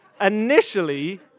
Initially